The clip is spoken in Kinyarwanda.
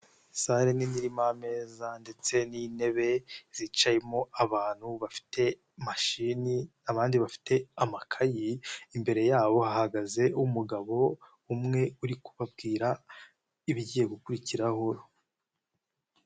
Sale nini iririmo ameza ndetse n'intebe zicayemo abantu bafite mashini abandi bafite amakaye, imbere yabo hagaze umugabo umwe uri kubabwira ibigiye gukurikiraho.